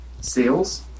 sales